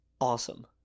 Awesome